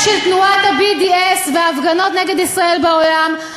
של תנועת ה-BDS וההפגנות נגד ישראל בעולם,